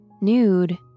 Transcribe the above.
nude